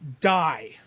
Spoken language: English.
die